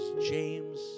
James